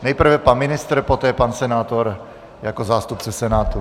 Nejprve pan ministr, poté pan senátor jako zástupce Senátu.